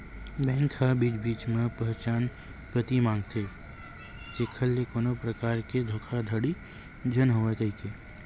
bank ह बीच बीच म पहचान पती मांगथे जेखर ले कोनो परकार के धोखाघड़ी झन होवय कहिके